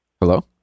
Hello